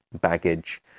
baggage